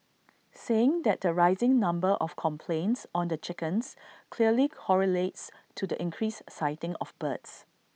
saying that the rising number of complaints on the chickens clearly correlates to the increased sighting of birds